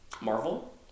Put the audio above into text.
marvel